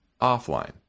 offline